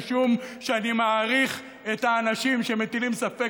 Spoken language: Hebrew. משום שאני מעריך את האנשים שמטילים ספק,